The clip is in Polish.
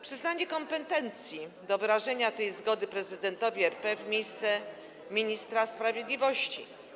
Przyznanie kompetencji do wyrażenia tej zgody prezydentowi RP w miejsce ministra sprawiedliwości.